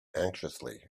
anxiously